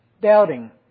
doubting